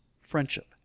friendship